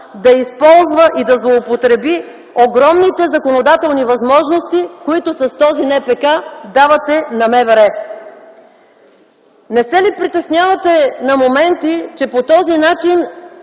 да използва и да злоупотреби с огромните законодателни възможности, които давате с този НПК на МВР. Не се ли притеснявате на моменти, че по този начин